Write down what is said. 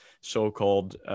so-called